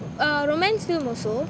a romance film also